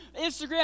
Instagram